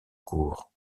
cours